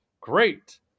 great